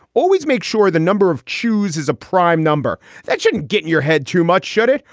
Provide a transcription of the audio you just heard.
always make sure the number of chews is a prime number that shouldn't get in your head too much, should it?